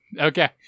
Okay